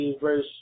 verse